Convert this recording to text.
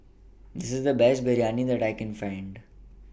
The Best Biryani that I Can Find